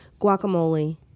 guacamole